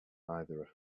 either